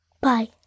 Bye